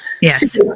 Yes